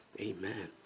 amen